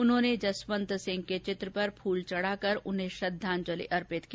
उन्होंने जसवंतसिंह के चित्र पर फूल चढाकर उन्हें श्रद्वाजंलि अर्पित की